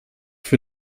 für